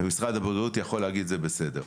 ומשרד הבריאות יכול להגיד שזה בסדר.